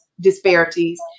disparities